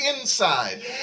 inside